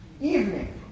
Evening